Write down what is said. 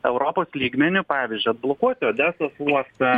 europos lygmeniu pavyzdžiui atblokuoti odesos uostą